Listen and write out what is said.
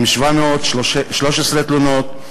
עם 713 תלונות,